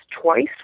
twice